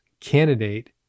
candidate